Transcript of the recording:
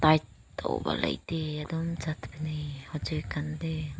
tight ꯇꯧꯕ ꯂꯩꯇꯦ ꯑꯗꯨꯝ ꯆꯠꯄꯅꯦ ꯍꯧꯖꯤꯛꯀꯥꯟꯗꯤ